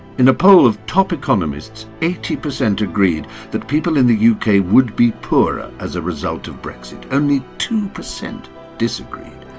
in a poll of top economists eighty percent agreed that people in the yeah uk would be poorer as a result of brexit. only two percent disagreed.